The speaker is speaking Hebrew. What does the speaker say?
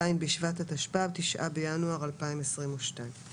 ז' בשבט התשפ"ב (9 בינואר 2022)."